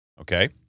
okay